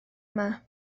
yma